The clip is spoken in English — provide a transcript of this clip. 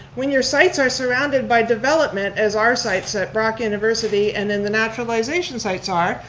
when your sites are surrounded by development as our sites at brock university and in the naturalization sites are,